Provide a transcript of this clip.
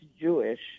Jewish